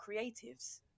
creatives